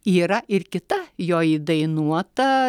yra ir kita jo įdainuota